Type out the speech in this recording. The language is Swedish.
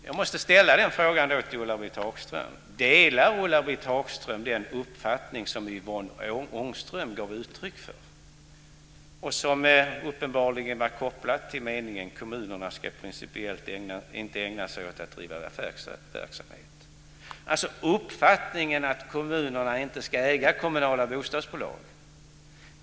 Jag måste ställa den frågan till Ulla-Britt Hagström: Delar Ulla-Britt Hagström den uppfattning som Yvonne Ångström gav uttryck för och som uppenbarligen var kopplad till meningen om att kommunerna principiellt inte ska ägna sig åt att driva affärsverksamhet? Delar Ulla-Britt Hagström uppfattningen att kommunerna inte ska äga kommunala bostadsbolag?